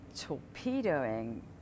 torpedoing